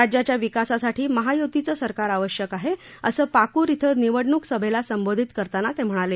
राज्याच्या विकासासाठी महायुतीचं सरकार आवश्यक आहे असं पाकुर क्विं निवडणूक सभेला संबोधित करताना ते म्हणाले